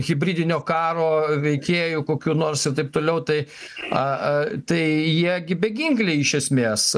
hibridinio karo veikėjų kokių nors ir taip tpliau tai aa tai jie gi beginkliai iš esmės